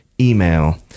email